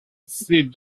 ces